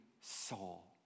soul